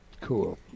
Cool